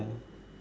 yeah